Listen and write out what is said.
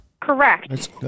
correct